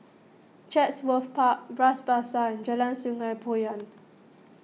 Chatsworth Park Bras Basah Jalan Sungei Poyan